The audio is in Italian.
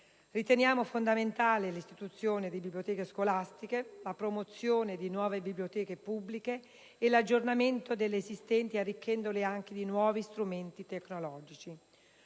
Riteniamo fondamentale l'istituzione di biblioteche scolastiche, la promozione di nuove biblioteche pubbliche e l'aggiornamento delle esistenti, arricchendole anche di nuovi strumenti tecnologici.